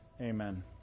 Amen